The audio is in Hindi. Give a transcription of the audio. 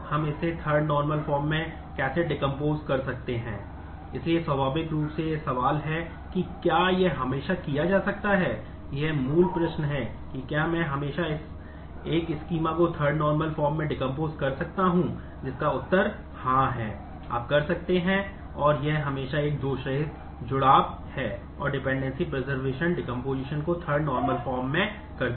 इसलिए स्वाभाविक रूप से सवाल यह है कि क्या यह हमेशा किया जा सकता है यह मूल प्रश्न है कि क्या मैं हमेशा एक स्कीमा में करती है